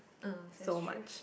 uh that's true